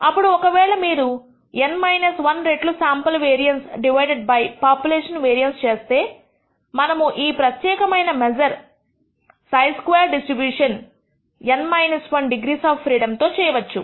అప్పుడు ఒక వేళ మీరు రు N 1 రెట్లు sample variance divided by population variance చేస్తే మనము ఈ ప్రత్యేకమైన measure χ squared distribution N 1 degrees of freedom తో చేయవచ్చు